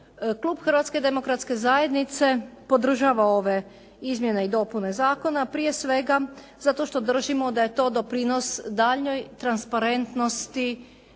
Klub Hrvatske demokratske zajednice podržava ove izmjene i dopune zakona prije svega zato što držimo da je to doprinos daljnjoj transparentnosti